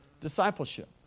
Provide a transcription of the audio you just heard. discipleship